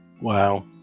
Wow